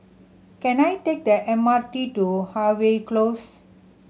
can I take the M R T to Harvey Close